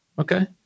Okay